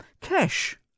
Cash